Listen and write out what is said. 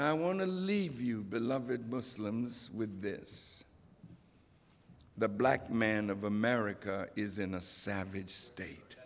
i want to leave you beloved muslims with this the black man of america is in a savage state